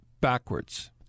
backwards